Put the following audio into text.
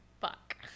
fuck